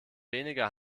weniger